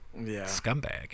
scumbag